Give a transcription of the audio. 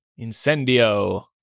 Incendio